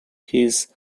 his